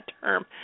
term